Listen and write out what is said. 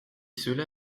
cela